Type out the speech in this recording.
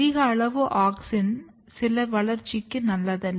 அதிக அளவு ஆக்ஸின் சில வளர்ச்சிக்கு நல்லதல்ல